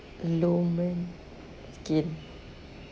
lumin skin